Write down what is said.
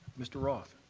mr. roth.